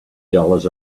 dollars